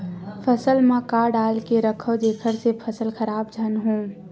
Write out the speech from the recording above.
फसल म का डाल के रखव जेखर से फसल खराब झन हो?